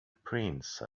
prince